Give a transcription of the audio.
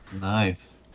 Nice